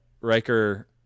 Riker